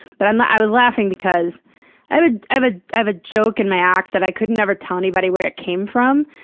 but i'm i was laughing because i have ah have a joke in my act that i couldn't ever tell anybody where it came from,